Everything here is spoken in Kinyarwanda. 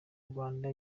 rwanda